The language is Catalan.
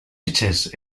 fitxers